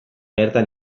gerta